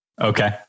Okay